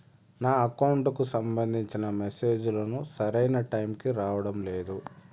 నా అకౌంట్ కు సంబంధించిన మెసేజ్ లు సరైన టైము కి రావడం లేదు